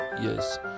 Yes